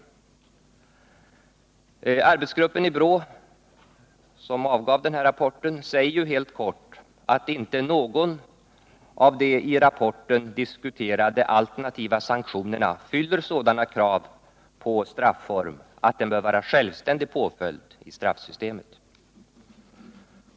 Den arbetsgruppi BRÅ, som avgav denna rapport, säger helt kort att inte någon av de i rapporten diskuterade alternativa sanktionerna fyller sådana krav på strafform att den bör vara självständig påföljd i straffsystemet.